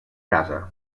casa